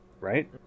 right